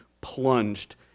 plunged